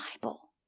Bible